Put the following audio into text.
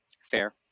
fair